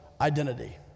identity